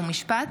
חוק ומשפט,